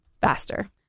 faster